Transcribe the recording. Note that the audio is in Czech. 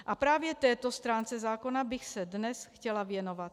A právě této stránce zákona bych se dnes chtěla věnovat.